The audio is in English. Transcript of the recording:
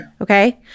Okay